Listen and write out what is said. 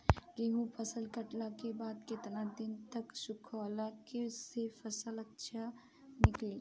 गेंहू फसल कटला के बाद केतना दिन तक सुखावला से फसल अच्छा निकली?